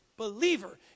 believer